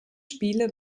spiele